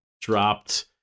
dropped